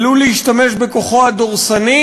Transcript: עלול להשתמש בכוחו הדורסני,